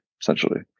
essentially